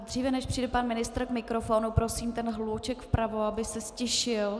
Dříve než přijde pan ministr k mikrofonu, prosím hlouček vpravo, aby se ztišil.